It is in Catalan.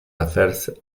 afers